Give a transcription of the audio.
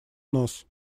нос